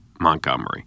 Montgomery